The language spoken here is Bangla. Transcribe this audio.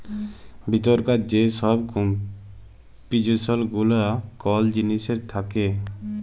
ভিতরকার যে ছব কম্পজিসল গুলা কল জিলিসের থ্যাকে